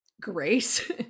grace